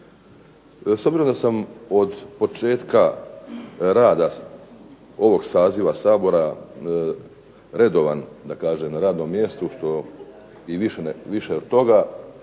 obzirom da sam od početka rada ovog saziva Sabora redovan da kažem na radnom mjestu što i više od toga,